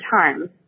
time